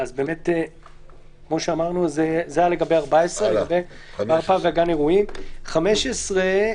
כמו שאמרנו, זה לגבי סעיף 14. בסעיף 15,